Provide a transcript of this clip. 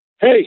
Hey